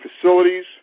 facilities